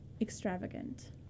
extravagant